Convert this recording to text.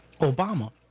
Obama